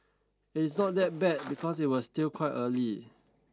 it's not that bad because it was still quite early